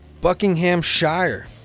Buckinghamshire